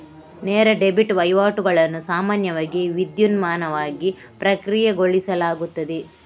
ನೇರ ಡೆಬಿಟ್ ವಹಿವಾಟುಗಳನ್ನು ಸಾಮಾನ್ಯವಾಗಿ ವಿದ್ಯುನ್ಮಾನವಾಗಿ ಪ್ರಕ್ರಿಯೆಗೊಳಿಸಲಾಗುತ್ತದೆ